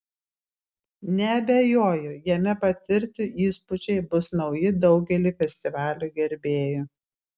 neabejoju jame patirti įspūdžiai bus nauji daugeliui festivalio gerbėjų